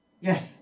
Yes